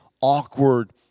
awkward